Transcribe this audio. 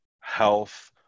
health